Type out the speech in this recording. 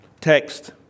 text